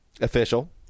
official